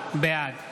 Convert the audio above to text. בעד